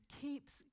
keeps